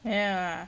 没有 lah